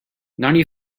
ninety